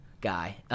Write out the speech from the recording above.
guy